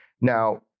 Now